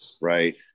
Right